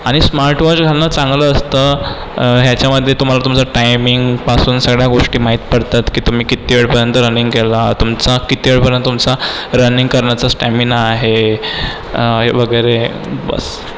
आणि स्मार्टवॉच घालणं चांगलं असतं ह्याच्यामध्ये तुम्हाला तुमचं टाइमिंगपासून सगळ्या गोष्टी माहित पडतात की तुम्ही किती वेळपर्यंत रनिंग केलं तुमचा किती वेळ पर्यंत तुमचा रनिंग करण्याचा स्टॅमिना आहे एव वगैरे बस